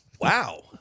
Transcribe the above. Wow